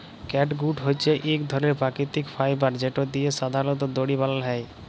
catgut হছে ইক ধরলের পাকিতিক ফাইবার যেট দিঁয়ে সাধারলত দড়ি বালাল হ্যয়